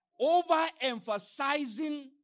overemphasizing